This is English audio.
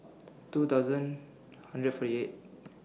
two thousand hundred forty eight